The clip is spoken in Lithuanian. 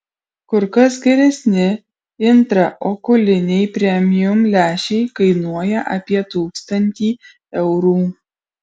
kur kas geresni intraokuliniai premium lęšiai kainuoja apie tūkstantį eurų